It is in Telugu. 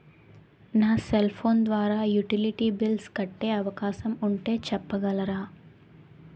నా సెల్ ఫోన్ ద్వారా యుటిలిటీ బిల్ల్స్ కట్టే అవకాశం ఉంటే చెప్పగలరా?